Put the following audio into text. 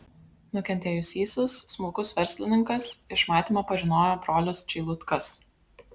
nukentėjusysis smulkus verslininkas iš matymo pažinojo brolius čeilutkas